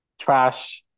trash